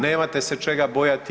Nemate se čega bojati.